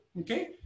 okay